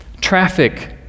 Traffic